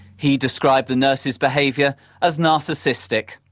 he described the nurse's behaviour as narcissistic.